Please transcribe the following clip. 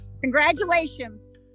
Congratulations